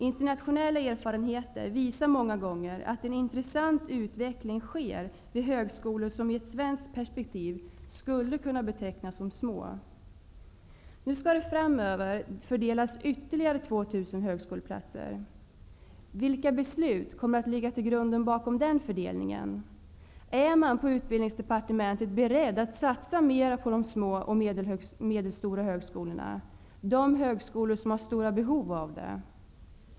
Internationella erfarenheter visar många gånger att en intressant utveckling sker vid högskolor som i ett svenskt perspektiv skulle kunna betecknas som små. Det skall framöver fördelas ytterligare 2 000 högskoleplatser. Vilka beslut kommer att ligga bakom den fördelningen? Är man på Utbildningsdepartementet beredd att satsa mera på de små och medelstora högskolorna, de högskolor som har stora behov av det?